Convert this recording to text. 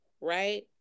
right